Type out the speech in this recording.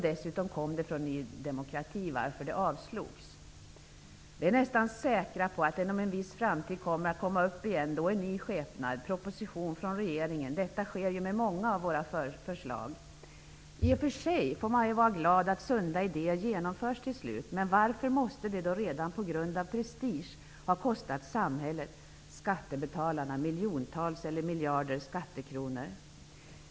Dessutom kom det från Ny demokrati, varför det avslogs. Vi är nästan säkra på att det inom en viss tid kommer att dyka upp igen i ny skepnad -- som proposition från regeringen. Detta sker med många av våra förslag. I och för sig får man vara glad över att sunda idéer till slut genomförs, men varför måste samhället -- skattebetalarna -- på grund av prestige innan dess ha förlorat miljontals eller miljarder skattekronor?